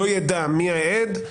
לא ידע מי העד,